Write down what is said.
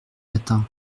matin